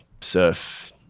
surf